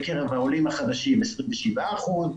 בקרב העולים החדשים על 27 אחוזים,